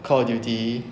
call of duty